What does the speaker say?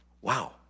Wow